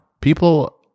People